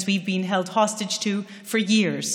שינוי הפרדיגמה המתרחש במזרח התיכון מאתגר את